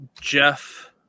Jeff